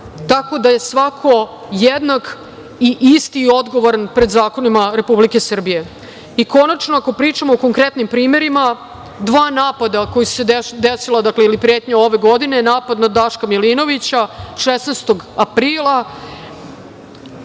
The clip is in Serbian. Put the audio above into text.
tako da je svako jednak i isti odgovoran pred zakonima Republike Srbije. Konačno, ako pričamo o konkretnim primerima, dva napada koja su se desila ili pretnja ove godine, napad na Daška Milinovića, 16. aprila.